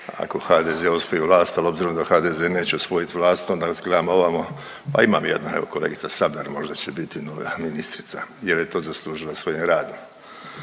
ako HDZ osvoji vlast, al obzirom da HDZ neće osvojit vlast onda gledam ovamo, pa imam jednu, evo kolegica Sabljar možda će biti nova ministrica jer je to zaslužila svojim radom.